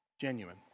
genuine